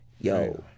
yo